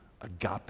agape